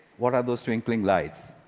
what are those twinkling lights?